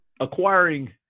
acquiring